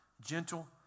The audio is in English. gentle